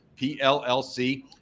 PLLC